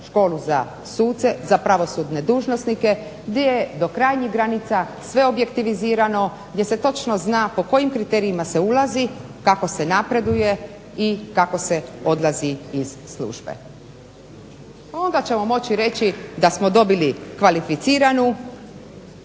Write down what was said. školu za suce, za pravosudne dužnosnike gdje je do krajnjih granica sve objektivizirano, gdje se točno zna po kojim kriterijima se ulazi, kako se napreduje i kako se odlazi iz službe. Onda ćemo moći reći da smo dobili kvalificiranu